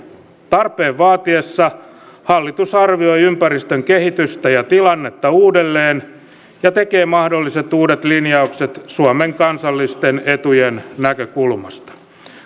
tarpeen vaatiessa hallitus arvioi ympäristön kehitystä ja tilannetta uudelleen ja tekee mahdolliset uudet linjaukset suomen kansallisten etujen näkökulmasta